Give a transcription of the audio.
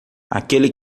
aquele